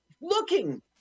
looking